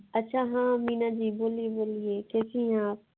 अच्छा हाँ मीना जी बोलिए बोलिए कैसी हैं आप